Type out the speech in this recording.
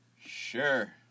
sure